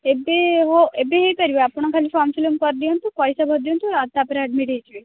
ଏବେ ହୋ ଏବେ ହେଇପାରିବ ଆପଣ ଖାଲି ଫର୍ମ୍ ଫିଲଅପ୍ କରି ଦିଅନ୍ତୁ ପଇସା ଭରି ଦିଅନ୍ତୁ ତାପରେ ଆଡମିଟ୍ ହୋଇଯିବେ